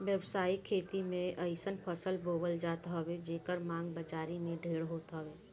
व्यावसायिक खेती में अइसन फसल बोअल जात हवे जेकर मांग बाजारी में ढेर होत हवे